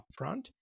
upfront